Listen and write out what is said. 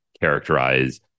characterize